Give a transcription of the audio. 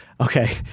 Okay